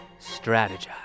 strategize